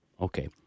Okay